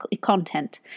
content